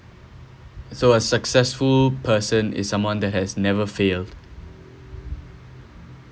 so a successful person is someone that has never failed